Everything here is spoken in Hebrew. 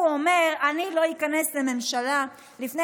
הוא אומר: אני לא איכנס לממשלה לפני